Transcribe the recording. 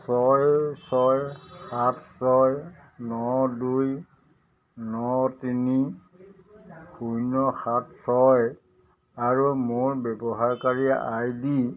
ছয় ছয় সাত ছয় ন দুই ন তিনি শূন্য সাত ছয় আৰু মোৰ ব্যৱহাৰকাৰী আই ডি